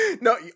No